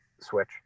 switch